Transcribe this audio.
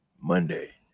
Monday